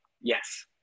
yes